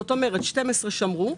זאת אומרת שאת ה-12,000 שמרו,